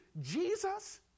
Jesus